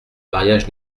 mariage